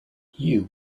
you